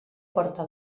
porta